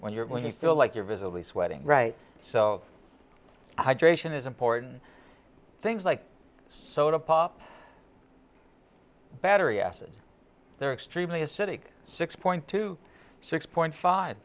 when you're going to feel like you're visibly sweating so hydration is important things like soda pop battery acid they're extremely acidic six point two six point five